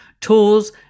tools